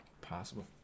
Possible